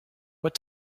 what